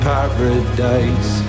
Paradise